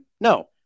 No